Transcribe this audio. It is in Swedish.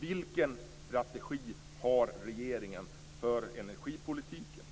Vilken strategi har regeringen för energipolitiken?